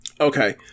Okay